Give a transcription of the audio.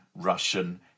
Russian